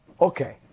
Okay